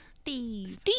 Steve